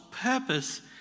purpose